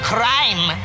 Crime